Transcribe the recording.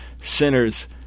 sinners